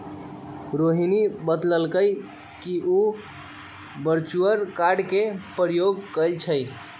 रोहिणी बतलकई कि उ वर्चुअल कार्ड के प्रयोग करई छई